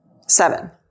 seven